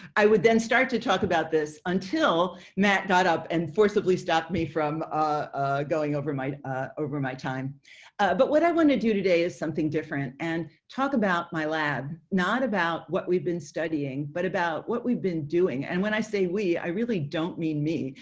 i would then start to talk about this until matt got up and forcibly stop me from ah going over my ah over my time. elizabeth spelke but what i want to do today is something different and talk about my lab, not about what we've been studying, but about what we've been doing. and when i say we, i really don't mean me.